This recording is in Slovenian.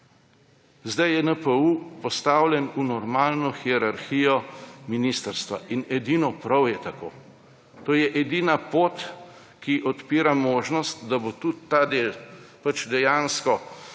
Zdaj je NPU postavljen v normalno hierarhijo ministrstva in edino prav je tako. To je edina pot, ki odpira možnost, da bo tudi ta del dejansko,